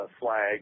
flag